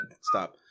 stop